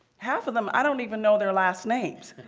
half of them, i don't even know their last names.